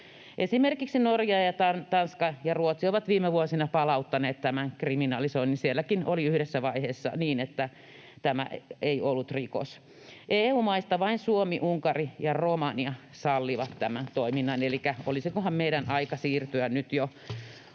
Esimerkiksi Norja ja Tanska ja Ruotsi ovat viime vuosina palauttaneet tämän kriminalisoinnin. Sielläkin oli yhdessä vaiheessa niin, että tämä ei ollut rikos. EU-maista vain Suomi, Unkari ja Romania sallivat tämän toiminnan, elikkä olisikohan meidän aika siirtyä nyt jo